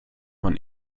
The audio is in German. man